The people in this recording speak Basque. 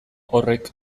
horrek